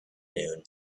noon